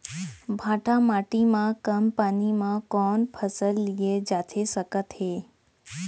भांठा माटी मा कम पानी मा कौन फसल लिए जाथे सकत हे?